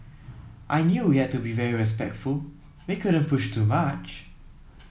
I knew we had to be very respectful we couldn't push too much